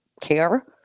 care